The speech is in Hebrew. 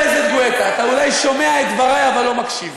אתה אולי שומע את דברי אבל לא מקשיב.